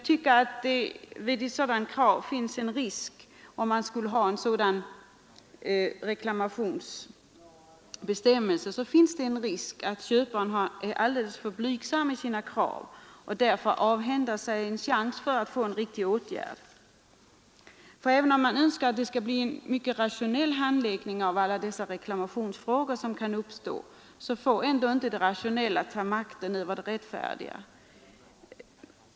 Om det skulle finnas en sådan reklamationsbestämmelse föreligger det risk för, att köparen är alldeles för blygsam i sina krav och därför avhänder sig chansen till att den riktiga åtgärden vidtas. Även om man önskar en rationell handläggning av alla reklamationsfrågor som kan uppstå, så får ändå inte det rationella ta makten över det rättfärdiga.